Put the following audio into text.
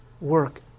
work